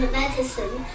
medicine